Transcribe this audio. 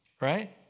right